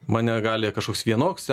mane gali kažkoks vienoks